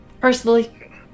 Personally